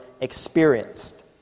experienced